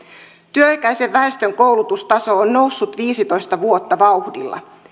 työikäisen väestön koulutustaso on noussut viisitoista vuotta vauhdilla